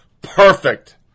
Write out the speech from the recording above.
perfect